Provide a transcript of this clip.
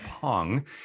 Pong